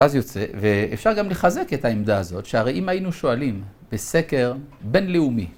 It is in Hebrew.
ואז יוצא, ואפשר גם לחזק את העמדה הזאת, שהרי אם היינו שואלים בסקר בינלאומי.